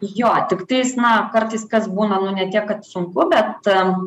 jo tiktais na kartais kas būna nu ne tiek kad sunku bet e